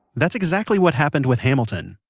that's exactly what happened with hamilton.